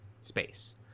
space